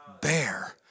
bear